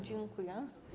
Dziękuję.